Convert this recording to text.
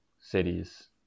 cities